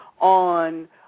on